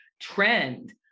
trend